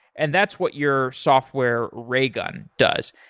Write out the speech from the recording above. and that's what your software, raygun, does.